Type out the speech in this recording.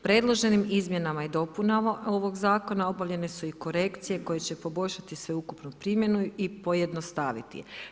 Predloženim izmjenama i dopunama ovog Zakona obavljene su i korekcije koje će poboljšati sveukupnu primjenu i pojednostaviti.